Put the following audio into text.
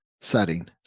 setting